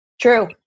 True